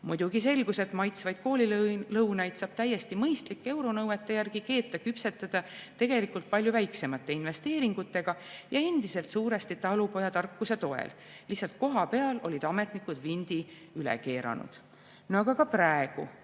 Muidugi selgus, et maitsvaid koolilõunaid saab täiesti mõistlike euronõuete järgi keeta-küpsetada tegelikult palju väiksemate investeeringutega ja endiselt suuresti talupojatarkuse toel, lihtsalt kohapeal olid ametnikud vindi üle keeratud. No aga ka praegu.